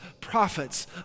prophets